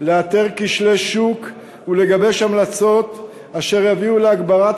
לאתר כשלי שוק ולגבש המלצות אשר יביאו להגברת